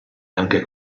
anche